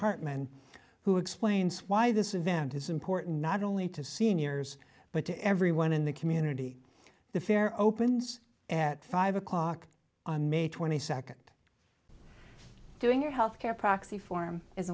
heartland who explains why this event is important not only to seniors but to everyone in the community the fair opens at five o'clock on may twenty second doing your health care proxy form is